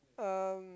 um